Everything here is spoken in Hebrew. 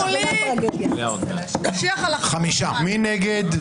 מי נגד?